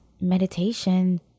meditation